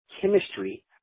chemistry